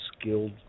skilled